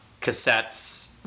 cassettes